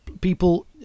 People